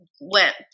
went